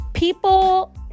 people